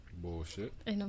Bullshit